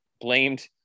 blamed